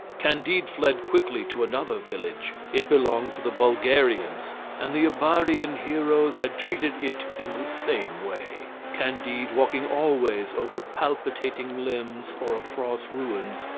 candide fled quickly to another village it belonged to the bulgarians and the abarian heroes had treated it in the same way. candide, walking always over palpitating limbs or across ruins,